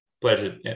Pleasure